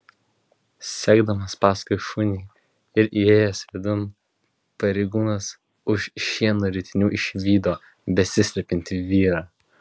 sekdamas paskui šunį ir įėjęs vidun pareigūnas už šieno ritinių išvydo besislepiantį vyrą